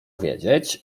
wiedzieć